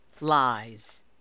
LIES